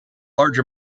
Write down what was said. large